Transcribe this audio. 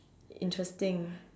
interesting